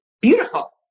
Beautiful